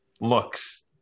looks